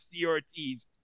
CRTs